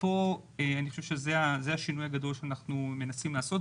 זה השינוי הגדול שאנחנו מנסים לעשות,